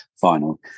final